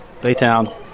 Baytown